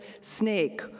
snake